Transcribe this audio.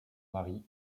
mari